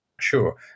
Sure